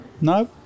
No